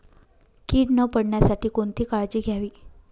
कीड न पडण्यासाठी कोणती काळजी घ्यावी?